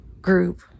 group